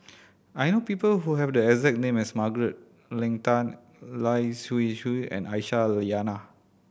I know people who have the exact name as Margaret Leng Tan Lai Siu Chiu and Aisyah Lyana